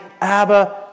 Abba